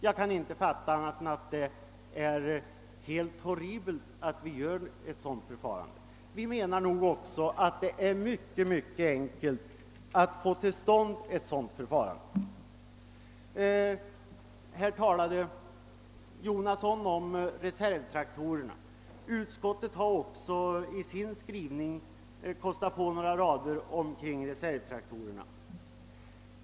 Jag kan inte fatta annat än att det är helt horribelt att vi inför ett sådant system. Herr Jonasson talade om reservtraktorerna. Utskottet har också i sin skrivning kostat på sig några rader om reservtraktorerna.